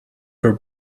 her